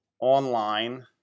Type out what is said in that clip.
online